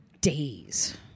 days